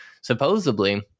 Supposedly